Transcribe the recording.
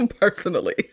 personally